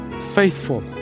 faithful